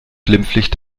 glimpflich